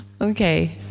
Okay